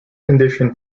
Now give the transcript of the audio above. condition